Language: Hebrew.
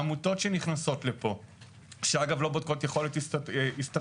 העמותות שנכנסות לפה שאגב לא בודקות יכולת השתכרות,